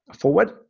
forward